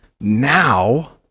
now